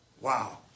Wow